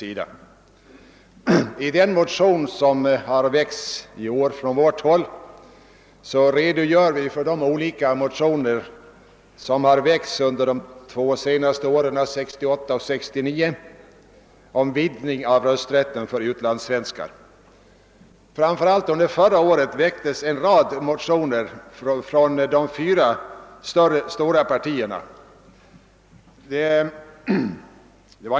I det motionspar som i år har väckts från vårt håll redogör vi för de olika motioner som iagts fram under de två senaste åren, 1968 och 1969, om vidgning av rösträtten för utlandssvenskar. Under förra året väcktes inte mindre än sju motioner från de fyra stora partierna.